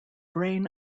brain